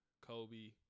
Kobe